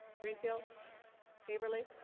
greenfield haverly